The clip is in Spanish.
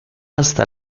hasta